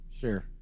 Sure